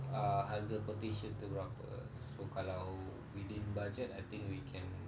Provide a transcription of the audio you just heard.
uh harga quotation itu berapa so kalau within budget I think we can